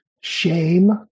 shame